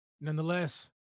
Nonetheless